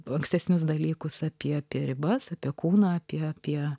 buvo ankstesnius dalykus apie ribas apie kūną apie apie